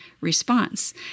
response